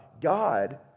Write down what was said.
God